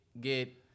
get